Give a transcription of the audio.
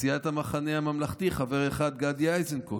סיעת המחנה הממלכתי, חבר אחד: גדי איזנקוט,